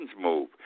move